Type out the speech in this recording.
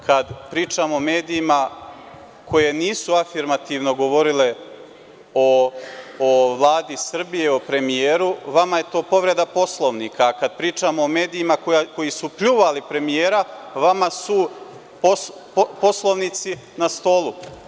Kad pričamo o medijima koji nisu afirmativno govorili o Vladi Srbije, o premijeru, vama je to povreda Poslovnika, a kada pričamo o medijima koji su pljuvali premijera, vama su poslovnici na stolu.